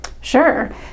Sure